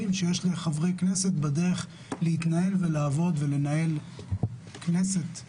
שיש לחברי כנסת בדרך לניהול של כנסת ראויה.